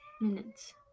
minutes